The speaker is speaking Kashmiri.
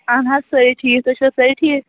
اَہَن حظ سأری ٹھیٖک تُہۍ چھِو سأری ٹھیٖک